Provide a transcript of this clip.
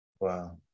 Wow